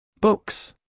Books